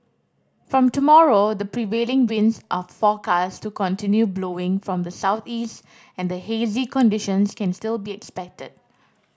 from tomorrow the prevailing winds are forecast to continue blowing from the southeast and hazy conditions can still be expected